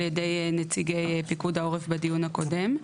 ידי נציגי פיקוד העורף בדיון הקודם.